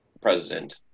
president